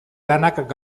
lanak